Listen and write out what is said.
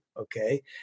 okay